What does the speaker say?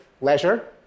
leisure